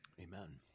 Amen